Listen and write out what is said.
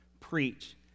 preach